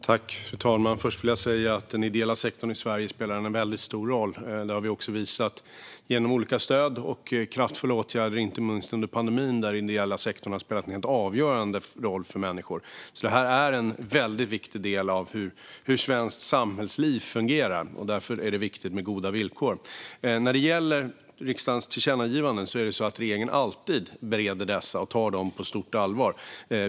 Fru talman! Först vill jag säga att den ideella sektorn i Sverige spelar en väldigt stor roll. Det har vi också visat genom olika stöd och kraftfulla åtgärder, inte minst under pandemin då den ideella sektorn har spelat en helt avgörande roll för människor. Den är alltså en väldigt viktig del i hur svenskt samhällsliv fungerar, och därför är det viktigt med goda villkor. När det gäller riksdagens tillkännagivanden bereder regeringen alltid dessa och tar dem på stort allvar.